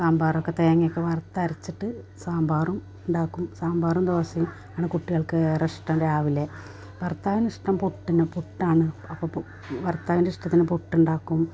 സാമ്പാറൊക്കെ തേങ്ങയൊക്കെ വറുത്തരച്ചിട്ടു സാമ്പാറും ഉണ്ടാക്കും സാമ്പാറും ദോശയും ആണ് കുട്ടികൾക്ക് ഏറെ ഇഷ്ടം രാവിലെ ഭർത്താവിനിഷ്ടം പുട്ടിന് പുട്ടാണ് അപ്പോൾ പു ഭർത്താവിൻറ്റിഷ്ടത്തിനു പുട്ടുണ്ടാക്കും